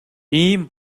ийм